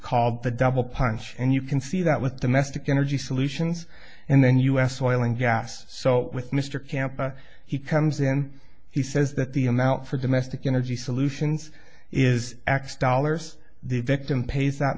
call the double punch and you can see that with domestic energy solutions and then us oil and gas so with mr camp he comes in he says that the amount for domestic energy solutions is x dollars the victim pays